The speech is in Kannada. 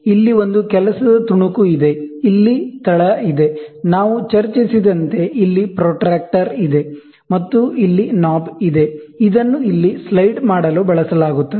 ಇಲ್ಲಿ ಒಂದು ವರ್ಕ್ ಪೀಸ್ ಇದೆ ಇಲ್ಲಿ ಬೇಸ್ ಇದೆ ನಾವು ಚರ್ಚಿಸಿದಂತೆ ಇಲ್ಲಿ ಪ್ರೊಟ್ರಾಕ್ಟರ್ ಇದೆ ಮತ್ತು ಇಲ್ಲಿ ನಾಬ್ ಇದೆ ಇದನ್ನು ಇಲ್ಲಿ ಸ್ಲೈಡ್ ಮಾಡಲು ಬಳಸಲಾಗುತ್ತದೆ